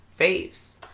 faves